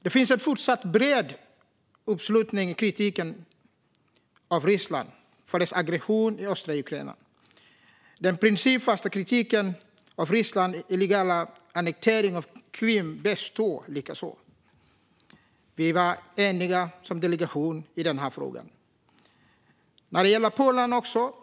Det finns en fortsatt bred uppslutning i kritiken mot Ryssland för dess aggression i östra Ukraina. Den principfasta kritiken mot Rysslands illegala annektering av Krim består likaså. Vi var eniga som delegation i den här frågan. Det gäller också Polen.